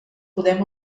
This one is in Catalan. podem